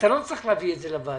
אתה לא צריך להביא את זה לוועדה.